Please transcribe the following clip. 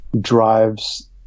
drives